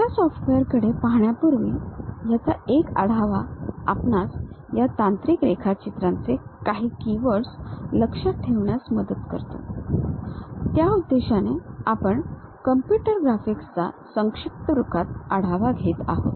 या सॉफ्टवेअरकडे पाहण्यापूर्वी याचा एक आढावा आपणास या तांत्रिक रेखाचित्राचे काही कीवर्ड लक्षात ठेवण्यास मदत करतो त्या उद्देशाने आपण कॉम्प्युटर ग्राफिक्सचा संक्षिप्त रूपात आढावा घेत आहोत